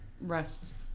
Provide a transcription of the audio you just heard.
rest